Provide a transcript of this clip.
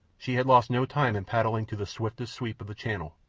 she had lost no time in paddling to the swiftest sweep of the channel,